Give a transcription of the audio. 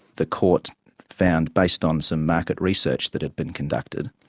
the court found based on some market research that had been conducted,